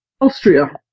Austria